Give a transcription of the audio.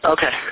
Okay